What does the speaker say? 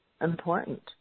important